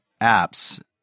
apps